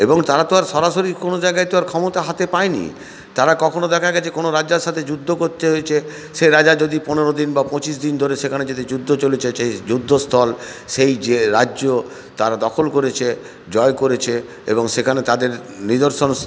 এবং তারা তো আর সরাসরি কোনো জায়গায় তো আর ক্ষমতা হাতে পায়নি তারা কখনো দেখা গেছে কোনো রাজার সাথে যুদ্ধ করতে হয়েছে সে রাজা যদি পনেরো দিন বা পঁচিশ দিন ধরে সেখানে যদি যুদ্ধ চলেছে যে যুদ্ধস্থল সেই যে রাজ্য তার দখল করেছে জয় করেছে এবং সেখানে তাদের নিদর্শন